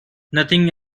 nothing